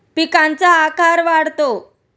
पिकांचा आकार वाढतो